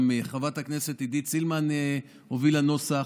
וגם חברת הכנסת עידית סילמן הובילה נוסח,